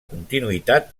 continuïtat